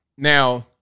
Now